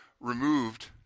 removed